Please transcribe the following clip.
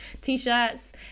t-shirts